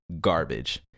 Garbage